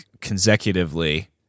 consecutively